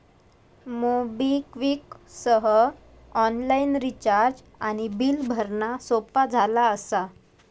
MobiKwik सह online recharge आणि bill भरणा सोपा झाला असा